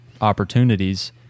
opportunities